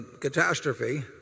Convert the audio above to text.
catastrophe